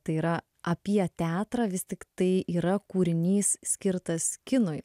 tai yra apie teatrą vis tik tai yra kūrinys skirtas kinui